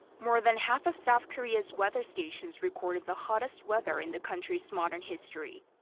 more than half of south korea's weather stations recorded the hottest weather in the country's modern history.